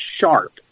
sharp